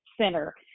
center